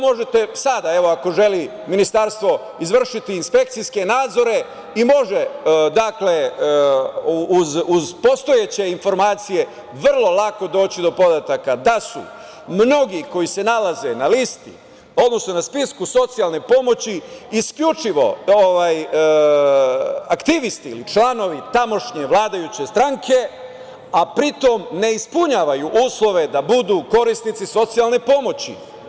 Možete sada, ako želi Ministarstvo, izvršiti inspekcijske nadzore i može se, uz postojeće informacije, vrlo lako doći do podataka da su mnogi koji se nalaze na listi, odnosno na spisku socijalne pomoći isključivo aktivisti ili članovi tamošnje vladajuće stranke, a pri tome ne ispunjavaju uslove da budu korisnici socijalne pomoći.